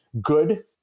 good